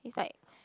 he's like